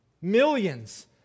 Millions